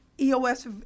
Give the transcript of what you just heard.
EOS